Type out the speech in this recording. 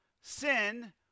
sin